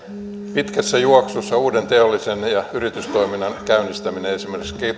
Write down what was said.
pitkässä juoksussa uuden teollisen ja yritystoiminnan käynnistäminen esimerkiksi